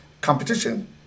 Competition